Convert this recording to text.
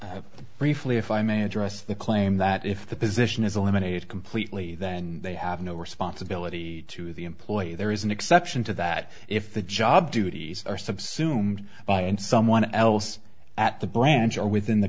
thanks briefly if i may address the claim that if the position is eliminated completely then they have no responsibility to the employee there is an exception to that if the job duties are subsumed by and someone else at the branch or within the